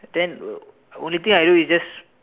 then uh only thing I do is just